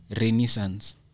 renaissance